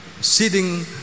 sitting